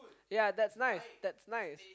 ya that's nice that's nice